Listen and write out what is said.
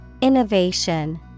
Innovation